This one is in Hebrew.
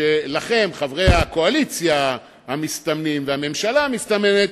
חברי הקואליציה המסתמנת והממשלה המסתמנת,